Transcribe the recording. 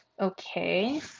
Okay